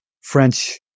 French